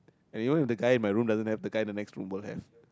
and you know if the guy in my room doesn't have the guy the next room will have